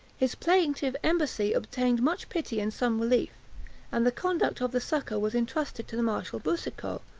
his plaintive embassy obtained much pity and some relief and the conduct of the succor was intrusted to the marshal boucicault,